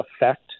effect